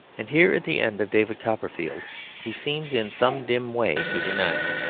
and here at the end of david copperfield he seems in some dim way to deny it.